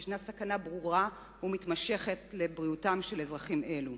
יש סכנה ברורה ומתמשכת לבריאותם של אזרחים אלה.